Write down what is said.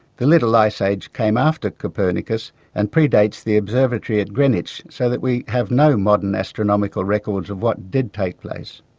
the little ice age came after copernicus and predates the observatory at greenwich so that we have no modern astronomical records of what did take place.